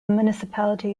municipality